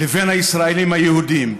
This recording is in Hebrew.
לבין הישראלים היהודים.